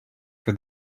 for